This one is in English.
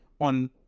on